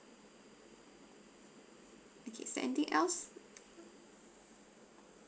okay is there anything else